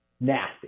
nasty